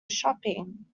shopping